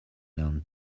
known